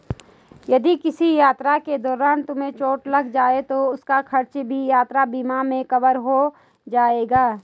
यदि किसी यात्रा के दौरान तुम्हें चोट लग जाए तो उसका खर्च भी यात्रा बीमा में कवर हो जाएगा